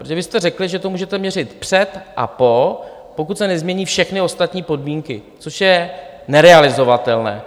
Protože vy jste řekli, že to můžete měřit před a po, pokud se nezmění všechny ostatní podmínky, což je nerealizovatelné.